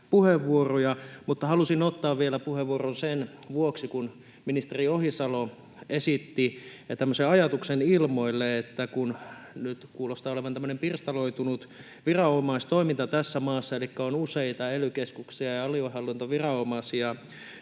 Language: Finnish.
mutta halusin ottaa vielä puheenvuoron sen vuoksi, kun ministeri Ohisalo esitti tämmöisen ajatuksen ilmoille, että nyt kuulostaa olevan tämmöinen pirstaloitunut viranomaistoiminta tässä maassa, elikkä on useita ely-keskuksia ja aluehallintoviranomaisia,